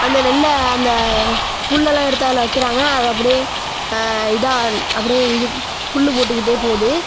அந்த நெல்லை அந்த புல்லெலாம் எடுத்து அதில் வைக்கிறாங்க அதை அப்படியே இதாக அப்படியே இது புல் போட்டுக்கிட்டே போகுது